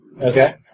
Okay